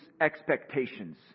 expectations